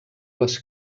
les